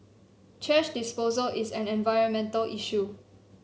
thrash disposal is an environmental issue